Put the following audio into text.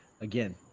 Again